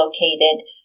located